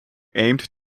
aimed